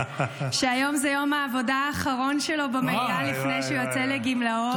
שהיום הוא יום העבודה האחרון שלו במליאה לפני שהוא יוצא לגמלאות.